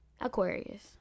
Aquarius